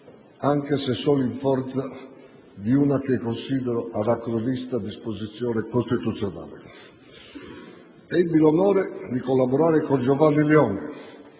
anche se solo in forza di una che considero anacronistica disposizione costituzionale. Ebbi l'onore di collaborare con Giovanni Leone,